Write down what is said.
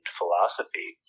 Philosophy